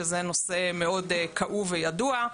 שזה נושא מאוד כאוב וידוע,